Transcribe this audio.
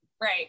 Right